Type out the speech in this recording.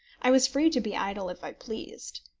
i was free to be idle if i pleased.